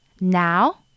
Now